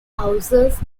houses